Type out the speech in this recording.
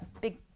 big